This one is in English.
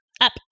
Up